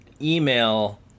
email